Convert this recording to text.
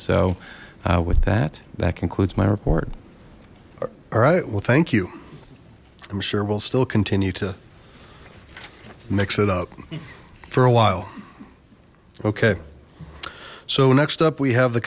so with that that concludes my report all right well thank you i'm sure we'll still continue to mix it up for a while okay so next up we have the